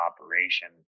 operation